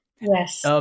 Yes